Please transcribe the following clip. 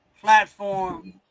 platform